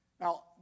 Now